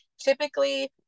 Typically